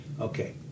okay